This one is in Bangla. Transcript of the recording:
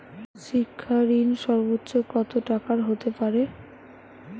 শিক্ষা ঋণ সর্বোচ্চ কত টাকার হতে পারে?